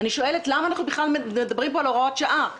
אני שואלת למה אנחנו בכלל מדברים פה על הוראות שעה?